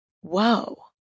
whoa